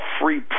free